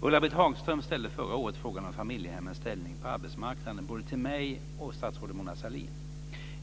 Ulla-Britt Hagström ställde förra året frågan om familjehemmens ställning på arbetsmarknaden både till mig och till statsrådet Mona Sahlin.